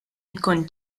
nkun